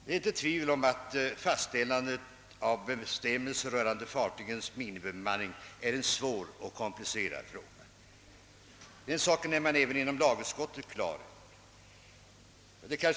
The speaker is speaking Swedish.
Det råder inga tvivel om att fastställandet av bestämmelser rörande fartygens minimibemanning är en svår och komplicerad fråga. Den saken är även första lagutskottet på det klara med.